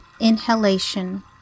inhalation